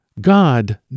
God